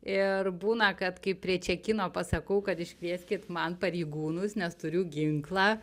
ir būna kad kai prie čekino pasakau kad iškvieskit man pareigūnus nes turiu ginklą